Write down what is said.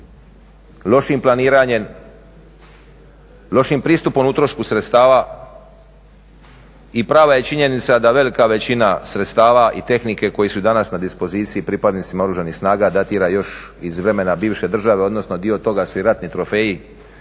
lošim planiranjem, lošim pristupom utrošku sredstava i prava je činjenica da velika većina sredstava i tehnike koji su danas na dispoziciji pripadnicima Oružanih snaga datira još iz vremena bivše države, odnosno dio toga su i ratni trofeji